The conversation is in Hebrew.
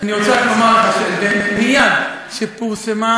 אני רוצה רק לומר שמייד כאשר פורסמה